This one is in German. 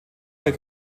bei